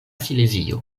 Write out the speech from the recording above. silezio